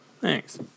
Thanks